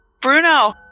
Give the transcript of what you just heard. Bruno